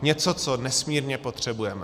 Něco, co nesmírně potřebujeme.